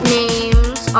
names